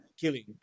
killing